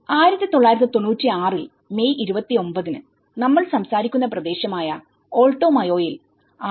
1990 ൽ മെയ് 29 ന്നമ്മൾ സംസാരിക്കുന്ന പ്രദേശം ആയ ആൾട്ടോ മയോയിൽ6